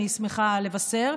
אני שמחה לבשר.